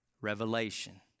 Revelation